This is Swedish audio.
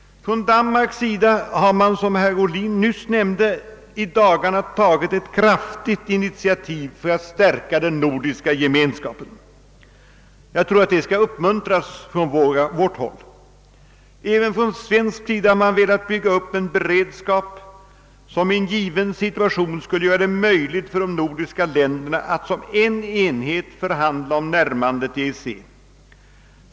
Från Danmarks sida har man, som herr Ohlin nyss nämnde, i dagarna tagit ett kraftigt initiativ för att stärka den nordiska gemenskapen. Jag tror att det skall uppmuntras från vårt håll. Även från svensk sida har man velat bygga upp en beredskap som i en given situation skulle göra det möjligt för de nordiska länderna att som en enhet förhandla om närmanden till EEC.